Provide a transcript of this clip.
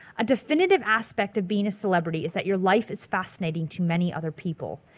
a definitive aspect of being a celebrity is that your life is fascinating to many other people,